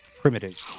primitive